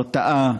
הרתעה,